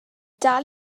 dal